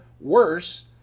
worse